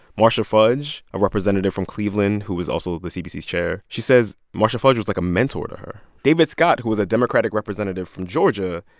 marcia fudge, a representative from cleveland, who was also the cbc's chair she says marcia fudge was like a mentor to her. david scott, who was a democratic representative from georgia,